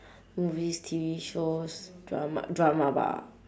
movies T_V shows drama drama bah